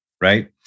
Right